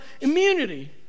immunity